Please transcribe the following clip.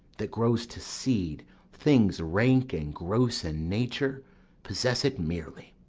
that grows to seed things rank and gross in nature possess it merely.